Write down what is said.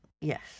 yes